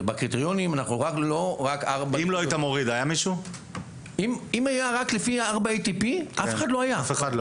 בקריטריונים הורדנו לא רק לפי 4 ATP. אם זה היה רק לפי זה אז אף אחד לא היה.